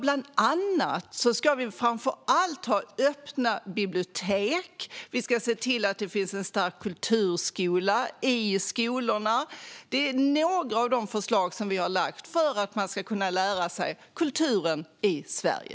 Bland annat ska vi ha öppna bibliotek och se till att det finns en stark kulturskola i skolorna. Detta är några av de förslag som vi har lagt fram för att man ska kunna lära sig kulturen i Sverige.